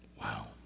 Wow